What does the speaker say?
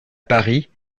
paris